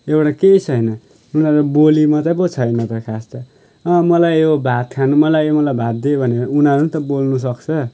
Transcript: एउटा केही छैन उनीहरूको बोली मात्रै पो छैन त खास त अँ मलाई यो भात खानु मलाई यो भात दे भनेर उनीहरू नि त बोल्नुसक्छ